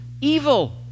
evil